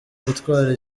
gutwara